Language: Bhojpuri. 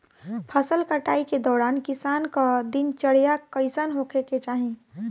फसल कटाई के दौरान किसान क दिनचर्या कईसन होखे के चाही?